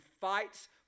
fights